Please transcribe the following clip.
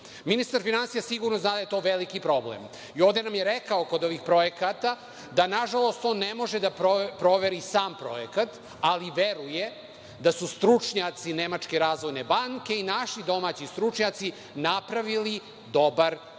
godine. Ministar finansija sigurno zna da je to veliki problem i ovde nam je rekao kod ovih projekata da nažalost on ne može da proveri sam projekat, ali veruje da su stručnjaci Nemačke razvojne banke i naši domaći stručnjaci napravili dobar projekat.